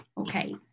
Okay